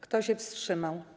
Kto się wstrzymał?